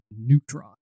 Neutron